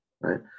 right